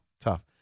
Tough